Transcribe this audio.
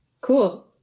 Cool